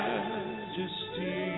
Majesty